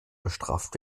bestraft